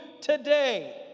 today